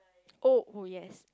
oh yes